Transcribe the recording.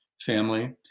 family